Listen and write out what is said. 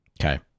Okay